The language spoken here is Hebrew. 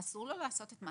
אסור לו לעשות את מה